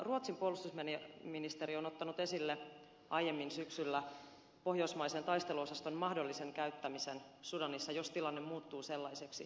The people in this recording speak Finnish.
ruotsin puolustusministeri on ottanut esille aiemmin syksyllä pohjoismaisen taisteluosaston mahdollisen käyttämisen sudanissa jos tilanne muuttuu sellaiseksi